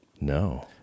No